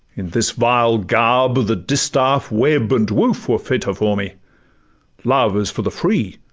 in this vile garb, the distaff, web, and woof, were fitter for me love is for the free!